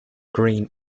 green